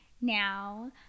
now